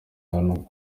hano